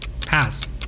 Pass